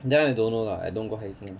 that one I don't know lah I don't go hiking